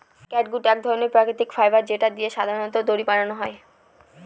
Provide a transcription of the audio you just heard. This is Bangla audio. ক্যাটগুট এক ধরনের প্রাকৃতিক ফাইবার যেটা দিয়ে সাধারনত দড়ি বানানো হয়